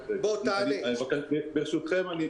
תענה, בבקשה.